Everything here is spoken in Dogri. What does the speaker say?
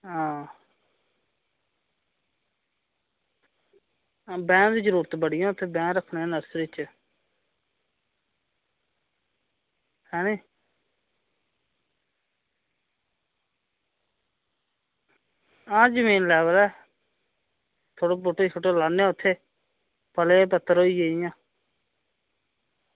आं बैंह् दी जरूरत बड़ी ऐ उत्थें बैंह् रक्खने न नर्सरी च हैनी आं जमीन लैओ कुदै थोह्ड़े बूह्टै शूह्टे लान्ने आं उत्थें पलाह् दे पत्तर होइये जियां